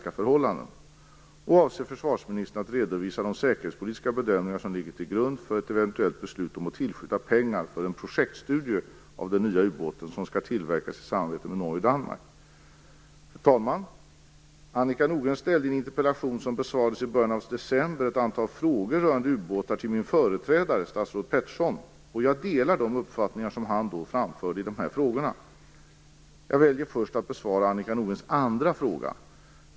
Avser försvarsministern att redovisa de säkerhetspolitiska bedömningar som ligger till grund för ett eventuellt beslut om att tillskjuta pengar för en projektstudie av den nya ubåten, som skall tillverkas i samarbete med Norge och Danmark? Fru talman! Annika Nordgren ställde i en interpellation som besvarades i början av december ett antal frågor rörande utbåtar till min företrädare, statsrådet Peterson. Jag delar de uppfattningar som han då framförde i dessa frågor. Jag väljer att först besvara Annika Nordgrens andra fråga.